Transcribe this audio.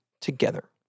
together